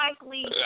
likely